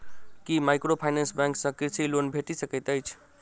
की microfinance bank सँ कृषि loan भेटि सकैत अछि?